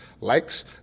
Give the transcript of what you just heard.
likes